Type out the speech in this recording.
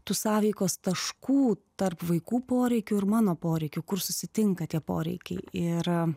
tų sąveikos taškų tarp vaikų poreikių ir mano poreikių kur susitinka tie poreikiai ir